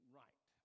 right